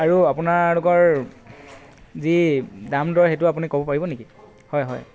আৰু আপোনালোকৰ যি দাম দৰ সেইটো আপুনি ক'ব পাৰিব নেকি হয় হয়